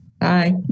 Bye